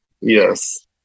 yes